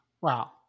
Wow